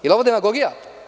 Je li ovo demagogija?